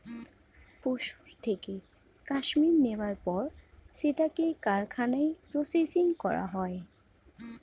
পশুর থেকে কাশ্মীর নেয়ার পর সেটাকে কারখানায় প্রসেসিং করা হয়